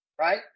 right